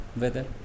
weather